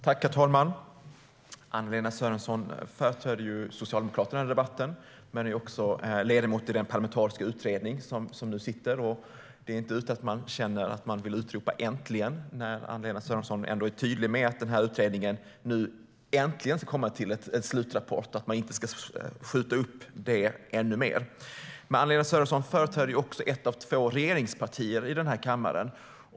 Herr talman! Anna-Lena Sörenson företräder ju Socialdemokraterna i debatten, men hon är också ledamot i den parlamentariska utredning som nu sitter. Det är inte utan att man känner att man vill utropa "Äntligen!" när Anna-Lena Sörenson är tydlig med att utredningen nu ska komma med en slutrapport och att man inte ska skjuta upp detta ännu mer. Anna-Lena Sörenson företräder dock även ett av två regeringspartier i kammaren.